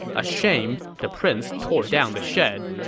ashamed, the prince tore down the shed